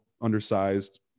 undersized